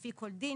לפי כל דין,